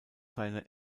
seine